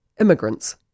Immigrants